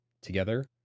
together